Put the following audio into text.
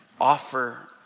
offer